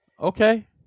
Okay